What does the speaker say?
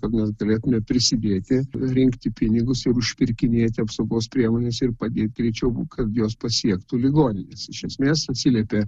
kad mes galėtume prisidėti rinkti pinigus ir užpirkinėti apsaugos priemones ir padėt greičiau kad jos pasiektų ligonines iš esmės atsiliepė